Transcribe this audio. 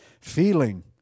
Feeling